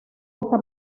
esta